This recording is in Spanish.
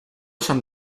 son